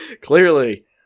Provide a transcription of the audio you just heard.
Clearly